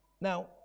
Now